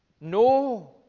no